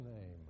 name